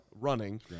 running